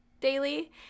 daily